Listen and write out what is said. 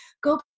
go